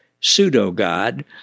pseudo-God